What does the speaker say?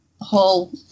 whole